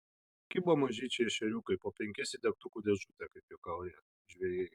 kibo mažyčiai ešeriukai po penkis į degtukų dėžutę kaip juokauja žvejai